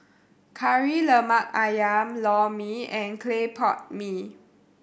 Kari Lemak Ayam Lor Mee and clay pot mee